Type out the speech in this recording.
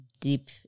Deep